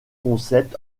concept